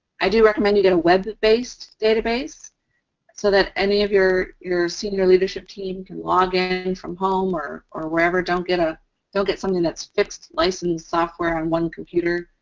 i do recommend you get a web-based database so that any of your your senior leadership team can log in from home or or wherever. don't get ah don't get something that's fixed licensed software on one computer.